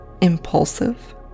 impulsive